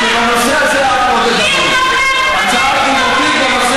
אתה בכלל יודע מה זה מחיר למשתכן?